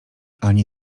ani